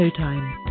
showtime